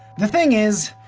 the thing is,